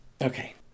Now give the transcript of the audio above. Okay